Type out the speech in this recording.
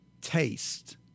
taste